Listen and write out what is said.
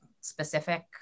specific